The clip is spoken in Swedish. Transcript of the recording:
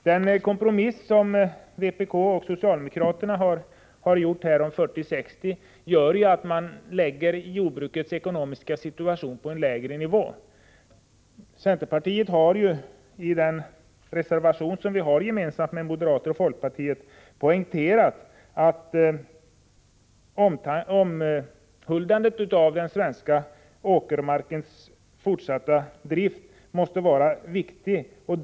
Den kompromiss som vpk och socialdemokraterna har gjort i 40—60-frågan gör att jordbruket ekonomiskt hamnar på en lägre nivå. Centerpartiet har i en reservation som vi avgivit tillsammans med moderater och folkpartister poängterat att omhuldandet av den svenska åkermarkens fortsatta användning är något mycket viktigt.